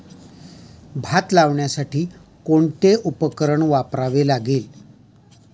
भात लावण्यासाठी कोणते उपकरण वापरावे लागेल?